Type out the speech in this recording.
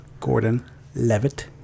Gordon-Levitt